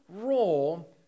role